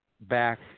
back